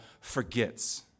forgets